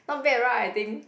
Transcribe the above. not bad right I think